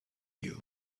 you